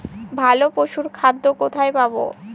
ভালো পশুর খাদ্য কোথায় পাবো?